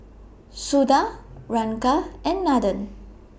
Suda Ranga and Nathan